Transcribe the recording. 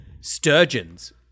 sturgeons